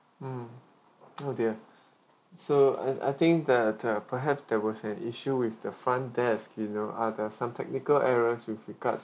mm oh dear so I I think that uh perhaps there was an issue with the front desk you know are the some technical errors with regards